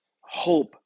hope